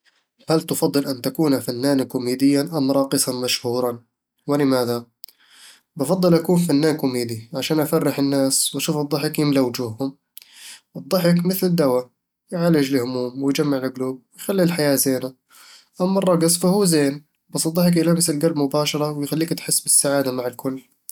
هل تفضل أن تكون فنانًا كوميديًا أم راقصًا مشهورًا؟ ولماذا؟ بفضّل أكون فنان كوميدي، عشان أفرّح الناس وأشوف الضحك يملا وجوههم الضحك مثل الدواء، يعالج الهموم ويجمع القلوب ويخلي الحياة زينة أما الرقص، فهو زين، بس الضحك يلامس القلب مباشرة ويخليك تحس بالسعادة مع الكل